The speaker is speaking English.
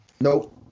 Nope